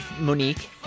Monique